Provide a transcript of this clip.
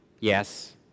Yes